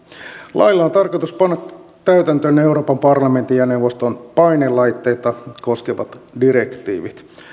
lailla on tarkoitus panna täytäntöön euroopan parlamentin ja neuvoston painelaitteita koskevat direktiivit